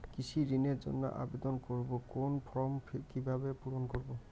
কৃষি ঋণের জন্য আবেদন করব কোন ফর্ম কিভাবে পূরণ করব?